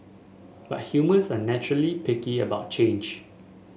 but humans are naturally prickly about change